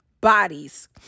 bodies